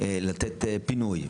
לתת פינוי,